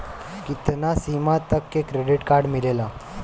कितना सीमा तक के क्रेडिट कार्ड मिलेला?